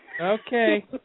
Okay